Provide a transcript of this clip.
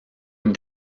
une